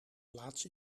plaats